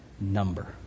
number